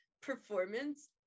performance